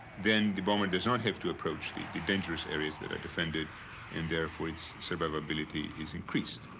then the bomber does not have to approach the the dangerous areas that are defended and therefore its survivability is increased.